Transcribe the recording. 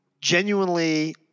genuinely